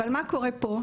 אבל מה קורה פה?